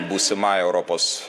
būsimąja europos